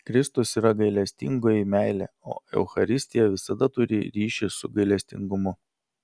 kristus yra gailestingoji meilė o eucharistija visada turi ryšį su gailestingumu